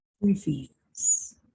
reveals